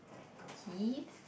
peas